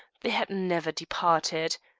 they had never departed.